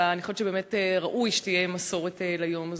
ואני חושבת שבאמת ראוי שתהיה מסורת ליום הזה.